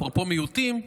אפרופו מיעוטים,